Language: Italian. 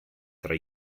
tra